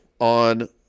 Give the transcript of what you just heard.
on